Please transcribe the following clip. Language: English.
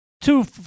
two